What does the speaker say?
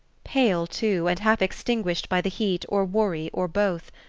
pale too, and half-extinguished by the heat, or worry, or both,